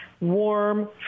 warm